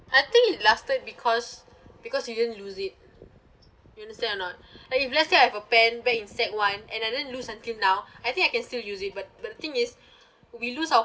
I think it lasted because because you didn't lose it you understand or not like if let's say I have a pen back in sec one and I didn't use until now I think I can still use it but the thing is we lose our